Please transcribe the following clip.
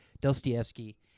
Dostoevsky